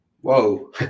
whoa